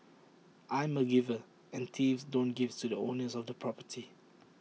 I'm A giver and thieves don't give to the owners of the property